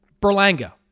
Berlanga